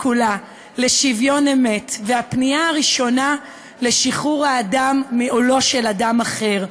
כולה לשוויון אמת והפנייה הראשונה לשחרור האדם מעולו של אדם אחר,